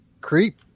Creep